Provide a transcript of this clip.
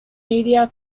media